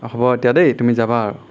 অঁ হ'ব এতিয়া দেই তুমি যাবা আৰু